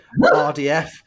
rdf